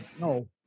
no